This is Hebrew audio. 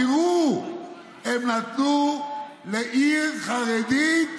תיראו, הם נתנו לעיר חרדית